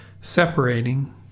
separating